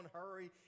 hurry